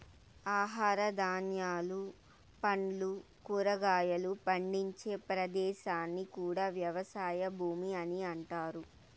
ఆహార ధాన్యాలు, పండ్లు, కూరగాయలు పండించే ప్రదేశాన్ని కూడా వ్యవసాయ భూమి అని అంటారు